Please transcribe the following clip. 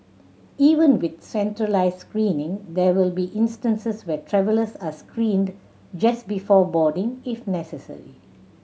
even with centralised screening there will be instances where travellers are screened just before boarding if necessary